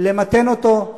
למתן אותו.